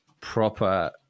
proper